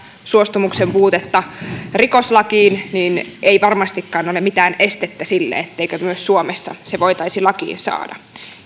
suostumuksen puutetta rikoslakiin ei varmastikaan ole mitään estettä sille etteikö myös suomessa se voitaisi lakiin saada